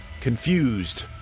Confused